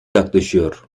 yaklaşıyor